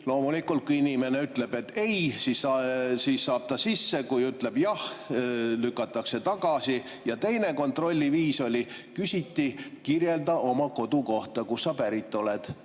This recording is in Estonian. Loomulikult, kui inimene ütleb, et ei, siis saab ta sisse, kui ütleb jah, lükatakse tagasi. Teine kontrolliviis oli selline: "Kirjeldada oma kodukohta, kust sa pärit oled."